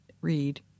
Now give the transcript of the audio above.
read